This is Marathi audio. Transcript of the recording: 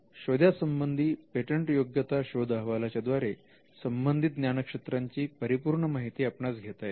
तर शोधा संबंधी पेटंटयोग्यता शोध अहवालाच्या द्वारे संबंधित ज्ञानक्षेत्रांची परिपूर्ण माहिती आपणास घेता येते